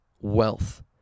wealth